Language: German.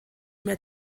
mehr